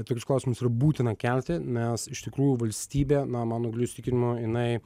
tokius klausimus yra būtina kelti nes iš tikrųjų valstybė na mano giliu įsitikinimu jinai